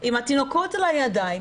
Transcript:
עם התינוקות על הידיים,